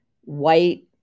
white